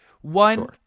one